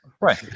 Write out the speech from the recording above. Right